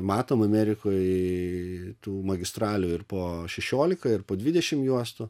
matome amerikoje tų magistralių ir po šešiolika ir po dvidešimt juostų